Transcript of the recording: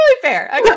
fair